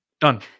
Done